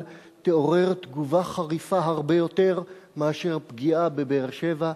תעורר תגובה חריפה הרבה יותר מאשר פגיעה בבאר-שבע,